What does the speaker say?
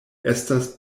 estas